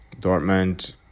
Dortmund